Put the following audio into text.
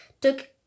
took